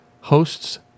hosts